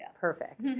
Perfect